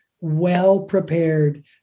well-prepared